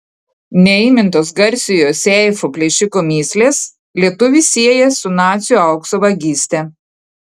neįmintos garsiojo seifų plėšiko mįslės lietuvį sieja su nacių aukso vagyste